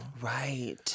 Right